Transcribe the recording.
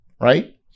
right